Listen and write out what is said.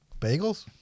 bagels